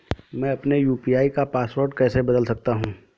मैं अपने यू.पी.आई का पासवर्ड कैसे बदल सकता हूँ?